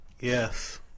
yes